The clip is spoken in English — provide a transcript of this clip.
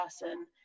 person